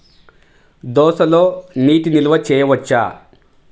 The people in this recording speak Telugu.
దోసలో నీటి నిల్వ చేయవచ్చా?